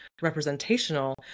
representational